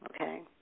okay